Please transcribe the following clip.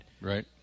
Right